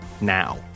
now